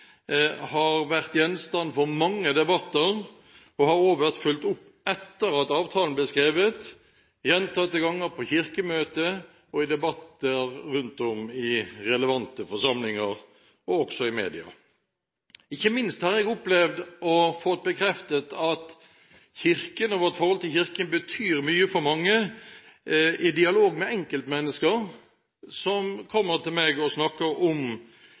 har vært gjenstand for mange debatter, og har også, etter at avtalen ble skrevet, vært fulgt opp gjentatte ganger på Kirkemøtet, i debatter rundt om i relevante forsamlinger, og også i media. Ikke minst har jeg i dialog med enkeltmennesker som kommer til meg og snakker om det vi nå gjør, opplevd å få bekreftet at Kirken, og vårt forhold til Kirken, betyr mye for mange. Og det er godt å